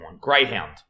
Greyhound